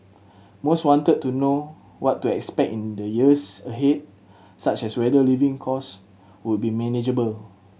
most wanted to know what to expect in the years ahead such as whether living cost would be manageable